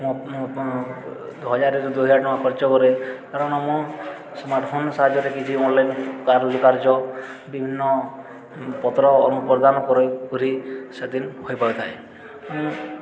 ମୁଁ ହଜାରରୁ ଦୁଇ ହଜାର ଟଙ୍କା ଖର୍ଚ୍ଚ କରେ କାରଣ ମୁଁ ସ୍ମାର୍ଟ ଫୋନ ସାହାଯ୍ୟରେ କିଛି ଅନଲାଇନ୍ର କାର୍ଯ୍ୟ ବିଭିନ୍ନ ପତ୍ର ଅନୁପ୍ରଦାନ କରି ପୁରୀ ସେଦିନ ହୋଇଥାଏ ମୁଁ